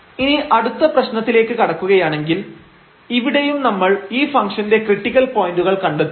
ഇനി അടുത്ത പ്രശ്നത്തിലേക്ക് കടക്കുകയാണെങ്കിൽ ഇവിടെയും നമ്മൾ ഈ ഫംഗ്ഷന്റെ ക്രിട്ടിക്കൽ പോയന്റുകൾ കണ്ടെത്തും